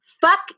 Fuck